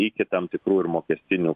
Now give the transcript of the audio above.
iki tam tikrų ir mokestinių